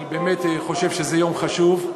אני באמת חושב שזה יום חשוב.